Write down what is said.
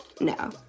No